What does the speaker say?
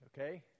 okay